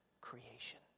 creation